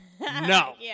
No